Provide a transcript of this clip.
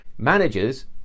Managers